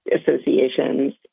associations